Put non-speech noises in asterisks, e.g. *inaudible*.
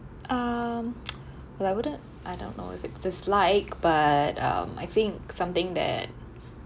um *noise* well I wouldn't I don't know if it's dislike but um I think something that